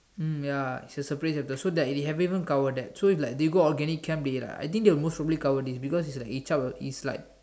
mm ya it's a separate chapter so that we haven't even cover that so if like they go organic Chem they right I think they will most likely cover this because it's like a Chap it's like